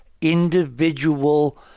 individual